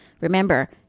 Remember